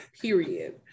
period